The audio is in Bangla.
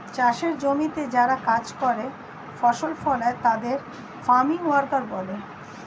চাষের জমিতে যারা কাজ করে, ফসল ফলায় তাদের ফার্ম ওয়ার্কার বলে